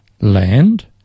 land